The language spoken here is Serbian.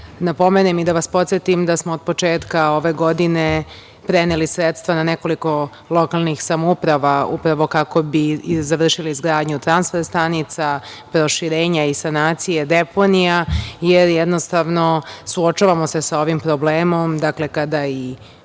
napomenem i da vas podsetim da smo od početka ove godine preneli sredstva na nekoliko lokalnih samouprava upravo kako bi i završili izgradnju transfer stanica, proširenja i sanacije deponija, jer jednostavno suočavamo se sa ovim problemom. Dakle, i